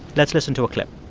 let's listen to a clip